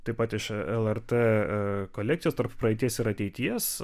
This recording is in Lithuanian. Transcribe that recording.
taip pat iš lrt kolekcijos tarp praeities ir ateities